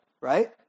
Right